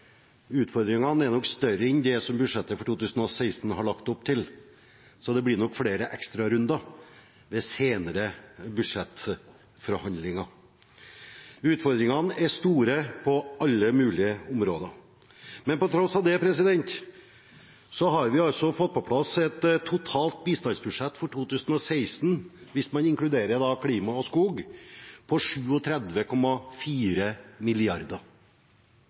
som budsjettet for 2016 har lagt opp til, så det blir nok flere ekstrarunder ved senere budsjettforhandlinger. Utfordringene er store på alle mulige områder, men på tross av det har vi fått på plass et totalt bistandsbudsjett for 2016, hvis man inkluderer klima og skog, på